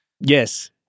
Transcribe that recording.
Yes